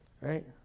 right